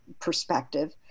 perspective